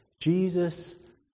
Jesus